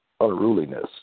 unruliness